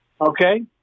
Okay